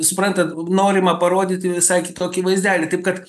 suprantat norima parodyti visai kitokį vaizdelį taip kad